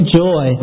joy